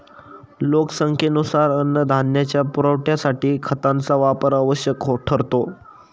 लोकसंख्येनुसार अन्नधान्याच्या पुरवठ्यासाठी खतांचा वापर आवश्यक ठरतो